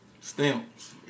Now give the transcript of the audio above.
Stamps